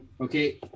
Okay